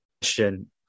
question